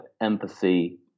empathy